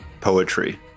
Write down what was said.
poetry